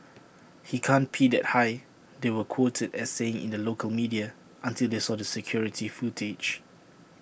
he can't pee that high they were quoted as saying in the local media until they saw the security footage